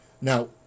Now